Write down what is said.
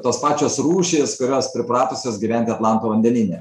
tos pačios rūšys kurios pripratusios gyventi atlanto vandenyne